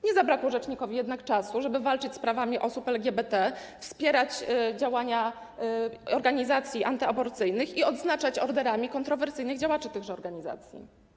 Nie zabrakło rzecznikowi jednak czasu, żeby walczyć z prawami osób LGBT, wspierać działania organizacji antyaborcyjnych i odznaczać orderami kontrowersyjnych działaczy tychże organizacji.